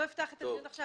לא אפתח את הדיון עכשיו.